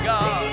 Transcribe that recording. God